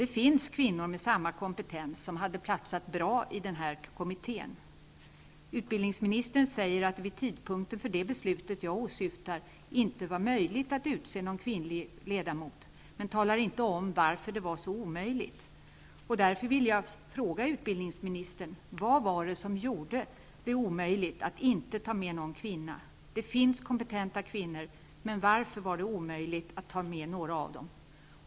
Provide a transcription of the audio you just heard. Det finns kvinnor med samma kompetens som hade platsat bra i denna kommitté. Utbildningsministern säger att det vid tidpunkten för det beslut jag åsyftar inte var möjligt att utse någon kvinnlig ledamot. Men han talar inte om varför det var så omöjligt. Vad var det som gjorde det omöjligt att inte ta med någon kvinna? Det finns kompetenta kvinnor. Men varför var det omöjligt att ta med någon av dem?